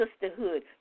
sisterhood